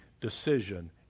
decision